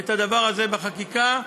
את הדבר הזה בחקיקה.